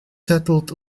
settled